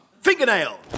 Fingernail